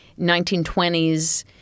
1920s